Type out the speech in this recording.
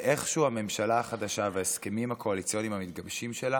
ואיכשהו הממשלה החדשה וההסכמים הקואליציוניים המתגבשים שלה